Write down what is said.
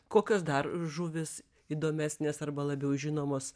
kokios dar žuvys įdomesnės arba labiau žinomos